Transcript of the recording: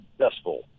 successful